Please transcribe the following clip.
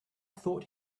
thought